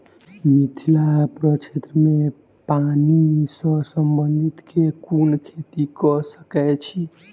मिथिला प्रक्षेत्र मे पानि सऽ संबंधित केँ कुन खेती कऽ सकै छी?